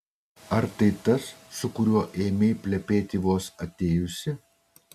ar tai tas su kuriuo ėmei plepėti vos atėjusi